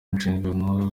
inshingano